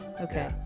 Okay